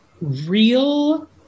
real